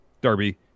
Darby